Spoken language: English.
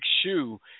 shoe